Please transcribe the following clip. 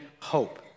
hope